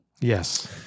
Yes